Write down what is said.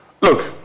Look